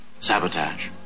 Sabotage